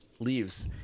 leaves